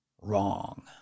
Wrong